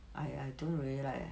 I I don't really like